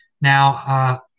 now